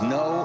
no